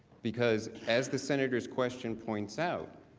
because as the senators question points out,